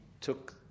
took